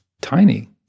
Tiny